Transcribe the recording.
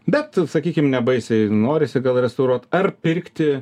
bet sakykim nebaisiai norisi gal restauruot ar pirkti